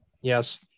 yes